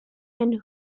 and